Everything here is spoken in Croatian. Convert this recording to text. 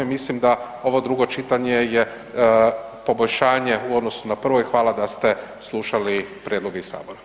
I mislim da ovo drugo čitanje je poboljšanje u odnosu na prvo i hvala da ste slušali i prijedloge iz Sabora.